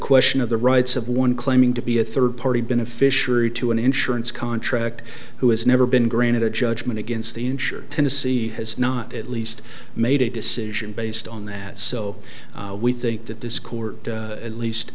question of the rights of one claiming to be a third party been a fishery to an insurance contract who has never been granted a judgment against the insurer tennessee has not at least made a decision based on that so we think that this court at least